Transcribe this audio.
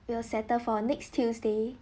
we'll settle for next tuesday